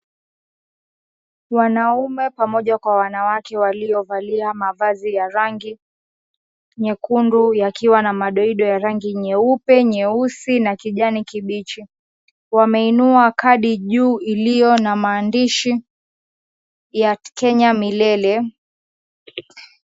Wanaume pamoja na wanawake waliovalia mavazi ya rangi nyekundu yakiwa na madoido ya rangi nyeupe, nyeusi na kijani kibichi. Wameinua kadi juu iliyo na maandishi ya at Kenya milele.